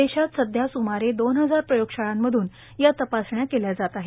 देशात सध्या सुमारे दोन हजार प्रयोगशाळांमधून या तपासण्या केल्या जात आहेत